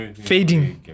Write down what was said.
Fading